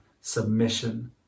submission